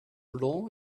blanc